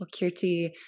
Kirti